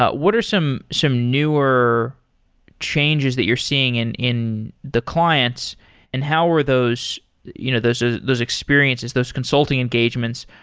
ah what are some some newer changes that you're seeing in in the clients and how were those you know those ah experiences, those consulting engagements,